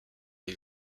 les